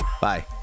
Bye